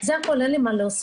מעבר לכך אין לי מה להוסיף.